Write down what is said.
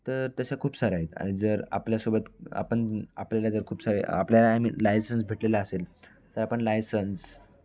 तर तसं खूप साऱ्या आहेत आणि जर आपल्यासोबत आपण आपल्याला जर खूप सारे आपल्याला आहे लायसन्स भेटलेला असेल तर आपण लायसन्स